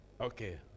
Okay